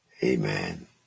Amen